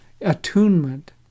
attunement